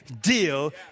deal